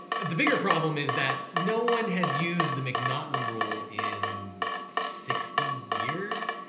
the bigger problem is that no one has used the m'naughten rule in sixty years.